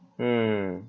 mm